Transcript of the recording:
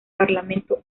parlamento